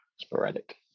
sporadic